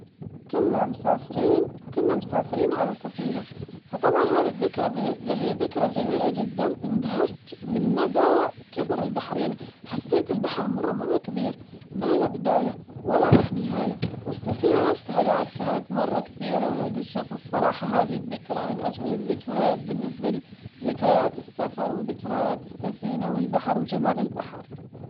كنا مسافرين كنا مسافرين على سفينة فطبعاً هذي الذكرى بالنسبة لي ذكرى جميلة جداً، اندهشت من مدى كبر البحر يعني حسيت البحر مرة مرة كبير ما له بداية ولا له نهاية، والسفينة نفسها بعد كانت مرة كبيرة ومدهشة فالصراحة هذي الذكرى من أجمل الذكريات بالنسبة لي، ذكريات السفر وذكريات السفينة والبحر وجمال البحر.